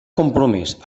compromès